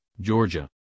georgia